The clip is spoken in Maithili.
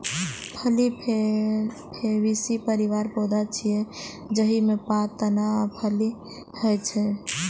फली फैबेसी परिवारक पौधा छियै, जाहि मे पात, तना आ फली होइ छै